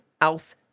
else